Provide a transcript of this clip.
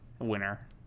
winner